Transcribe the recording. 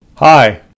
Hi